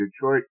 Detroit